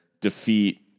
defeat